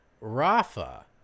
Rafa